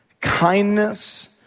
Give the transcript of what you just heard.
kindness